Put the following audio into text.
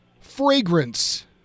fragrance